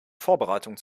vorbereitungen